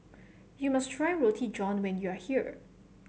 you must try Roti John when you are here